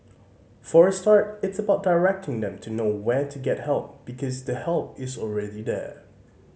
for a start it's about directing them to know where to get help because the help is already there